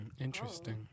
Interesting